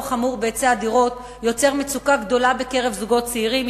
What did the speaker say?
חמור בהיצע הדירות יוצר מצוקה גדולה בקרב זוגות צעירים,